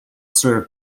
served